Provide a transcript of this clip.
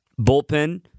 Bullpen